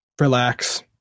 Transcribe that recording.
Relax